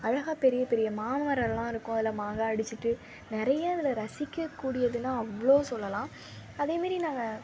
அழகாக பெரிய பெரிய மாமரம் எல்லாம் இருக்கும் அதில் மாங்காய் அடிச்சுட்டு நிறைய இதில் ரசிக்க கூடியதுனால் அவ்வளோ சொல்லலாம் அதே மாரி நாங்கள்